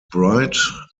bright